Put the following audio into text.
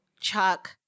Chuck